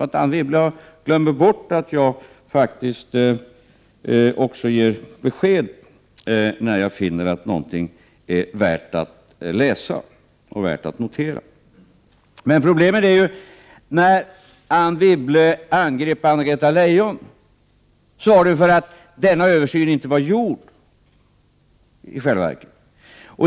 Anne Wibble tycks glömma bort att jag faktiskt också ger besked när jag finner att någonting är värt att läsa och värt att notera. När Anne Wibble angrep Anna-Greta Leijon, så var det i själva verket för att denna översyn inte var gjord.